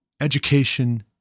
education